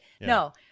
No